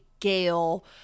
Gail